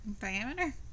Diameter